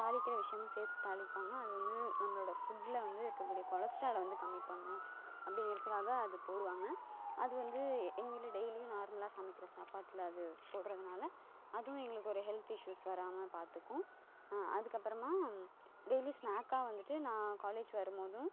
தாளிக்கிற விஷயமும் சேர்த்துத் தாளிப்பாங்க அது வந்து நம்மளோடய ஃபுட்டில் வந்து இருக்கக்கூடிய கொலஸ்ட்ரால் வந்து கம்மி பண்ணணும் அப்படிங்கறதுக்காக அது போடுவாங்க அது வந்து எ எங்கள் வீட்டில் டெய்லியும் நார்மலாக சமைக்கிற சாப்பாட்டில் அது போடுகிறதுனால அதுவும் எங்களுக்கு ஒரு ஹெல்த் இஸ்யூஸ் வராமல் பார்த்துக்கும் அதுக்கப்புறமா டெய்லி ஸ்நாக்காக வந்துட்டு நான் காலேஜ் வரும் போதும்